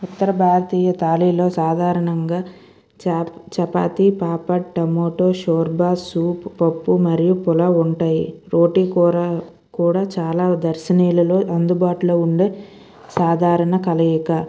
ఉత్తర భారతీయ తాళిలో సాధారణంగా చాత్ చపాతీ పాపట్ టమాటో షోర్బా సూప్ పప్పు మరియు పులావ్ ఉంటాయి రోటి కూర కూడా చాలా దర్శనీయులలో అందుబాటులో ఉండే సాధారణ కలయిక